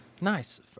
Nice